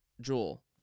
Jewel